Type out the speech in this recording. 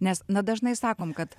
nes na dažnai sakom kad